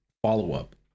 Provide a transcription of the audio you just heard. follow-up